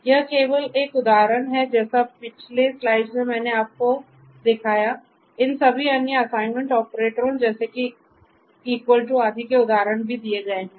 तो यह केवल एक उदाहरण है जैसे पिछली स्लाइड्स में मैंने आपको इन सभी अन्य असाइनमेंट ऑपरेटरों जैसे कि आदि के उदाहरण भी दिए हैं